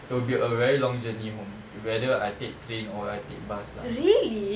it would be a very long journey home whether I take train or I take bus lah